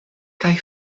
kaj